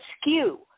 skew